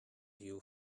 you